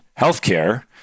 healthcare